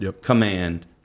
command